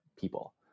people